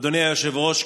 אדוני היושב-ראש,